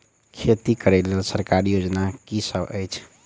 खेती करै लेल सरकारी योजना की सब अछि?